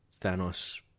Thanos